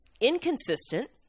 inconsistent